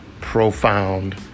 profound